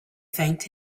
thanked